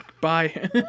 Bye